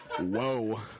whoa